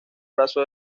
brazo